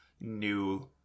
new